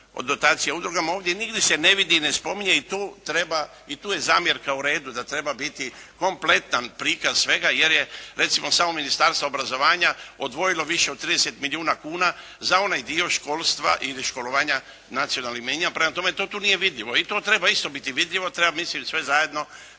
o dotacijama udrugama. Ovdje se nigdje ne vidi i spominje i tu treba, i tu je zamjerka u redu da treba biti kompletan prikaz svega jer je recimo samo Ministarstvo obrazovanja odvojilo više od 30 milijuna kuna za onaj dio školstva ili školovanja nacionalnih manjina. Prema tome to tu nije vidljivo i to treba isto biti vidljivo, treba biti sve zajedno,